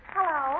Hello